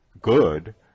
good